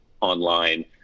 online